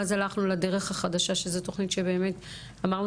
ואז הלכנו לדרך החדשה שזו תוכנית שבאמת אמרנו